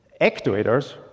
Actuators